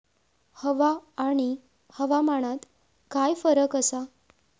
हवा आणि हवामानात काय फरक असा?